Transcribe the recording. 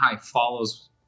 follows